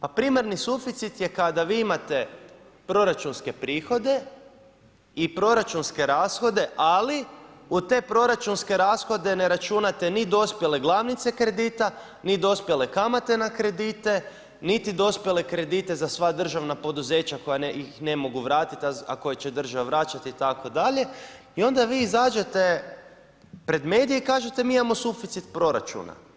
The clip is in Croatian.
Pa primarni suficit je kada vi imate proračunske prihode i proračunske rashode, ali u te proračunske rashode ne računate ni dospjele glavnice kredite, ni dospjele kamate na kredite, niti dospjele kredite za sva državna poduzeća koja ih ne mogu vratit, a koje će država vraćat itd. i onda vi izađete pred medije i kažete mi imamo suficit proračuna.